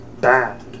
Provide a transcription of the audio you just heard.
bad